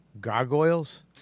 Gargoyles